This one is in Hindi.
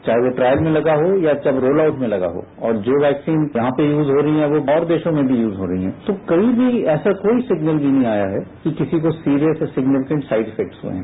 चाहे वो ट्रायल में लगा हो या वो रोल आउट में लगा हो और जो वैक्सीन यहां पर यूज हो रही हैं वो और देशों में भी यूज हो रही हैं तो कहीं भी ऐसा कोई सिग्नल भी नहीं आया है कि किसी को serious and significant side effect हुए हैं